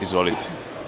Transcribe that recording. Izvolite.